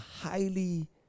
highly